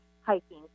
hiking